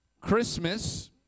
Christmas